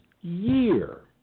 year